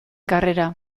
karrera